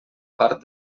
part